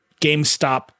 GameStop